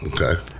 Okay